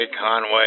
Conway